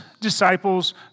disciples